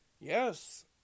Yes